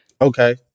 Okay